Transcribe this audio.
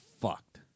fucked